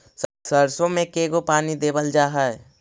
सरसों में के गो पानी देबल जा है?